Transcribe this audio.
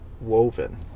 woven